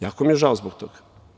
Jako mi je žao zbog toga.